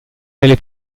delle